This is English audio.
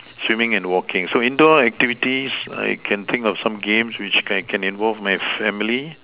swimming and walking so indoor activities I can think of some games which I can involve my family